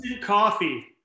coffee